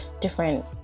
different